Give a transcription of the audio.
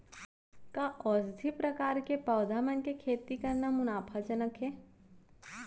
का औषधीय प्रकार के पौधा मन के खेती करना मुनाफाजनक हे?